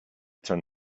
turn